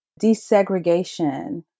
desegregation